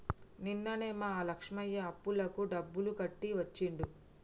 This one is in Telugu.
నిన్ననే మా లక్ష్మయ్య అప్పులకు డబ్బులు కట్టి వచ్చిండు